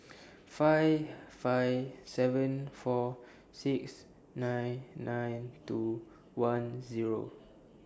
five five seven four six nine nine two one Zero